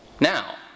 Now